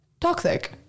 Toxic